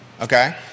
Okay